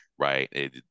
right